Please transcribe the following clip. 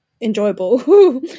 enjoyable